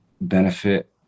benefit